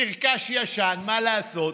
נרכש ישן, מה לעשות,